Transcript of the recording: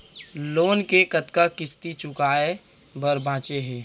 Loan के कतना किस्ती चुकाए बर बांचे हे?